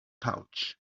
pouch